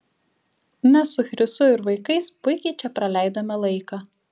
mes su chrisu ir vaikais puikiai čia praleidome laiką